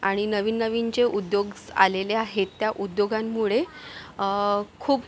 आणि नवीन नवीन जे उद्योगस् आलेले आहेत त्या उद्योगांमुळे खूप